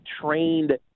trained